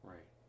Right